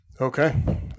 Okay